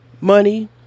money